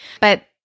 But-